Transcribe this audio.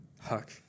Huck